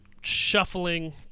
shuffling